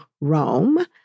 Rome